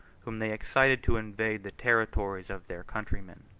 whom they excited to invade the territories of their countrymen.